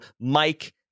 Mike